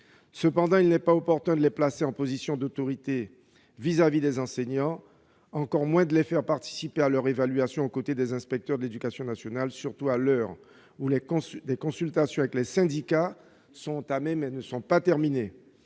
Toutefois, il n'est pas opportun de les placer en position d'autorité à l'égard des enseignants, et encore moins de les faire participer à leur évaluation aux côtés des inspecteurs de l'éducation nationale, d'autant que les consultations avec les syndicats ne sont pas encore terminées.